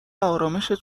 آرامِشت